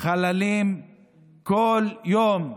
חללים כל יום.